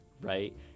right